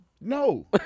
No